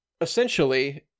essentially